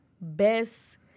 best